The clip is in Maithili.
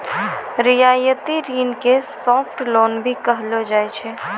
रियायती ऋण के सॉफ्ट लोन भी कहलो जाय छै